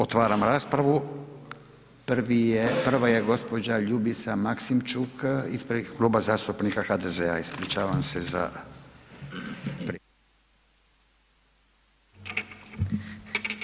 Otvaram raspravu. prva je gđa. Ljubica Maksimčuk ispred Kluba zastupnika HDZ-a. ispričavam se za